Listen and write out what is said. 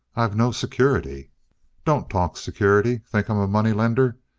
i've no security don't talk security. think i'm a moneylender?